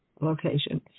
location